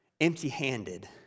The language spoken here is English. empty-handed